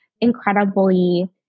incredibly